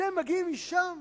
אתם מגיעים משם?